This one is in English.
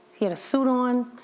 he had a suit on,